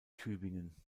tübingen